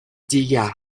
دیگر